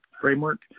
framework